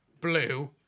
blue